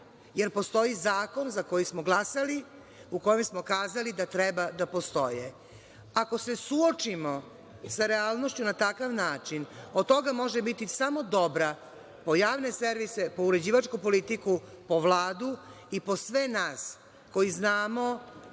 jer postoji zakon za koji smo glasali, u kome smo kazali da treba da postoje. Ako se suočimo sa realnošću na takav način od toga može biti samo dobra po javne servise, po uređivačku politiku, po Vladu i po sve nas koji znamo